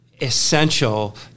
essential